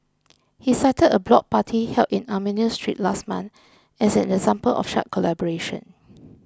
he cited a block party held in Armenian Street last month as an example of such collaboration